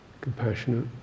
compassionate